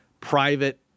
private